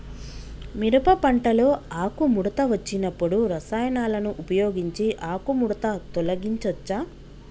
మిరప పంటలో ఆకుముడత వచ్చినప్పుడు రసాయనాలను ఉపయోగించి ఆకుముడత తొలగించచ్చా?